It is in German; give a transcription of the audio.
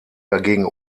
dagegen